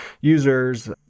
users